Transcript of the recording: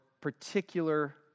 particular